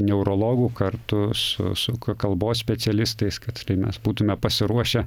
neurologų kartu su su kalbos specialistais kad mes būtume pasiruošę